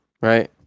Right